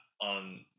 on